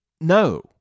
no